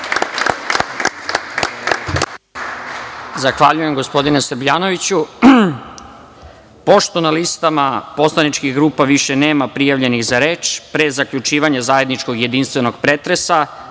Zahvaljujem, gospodine Srbljanoviću. Pošto na listama poslaničkih grupa više nema prijavljenih za reč, pre zaključivanja zajedničkog jedinstvenog pretresa,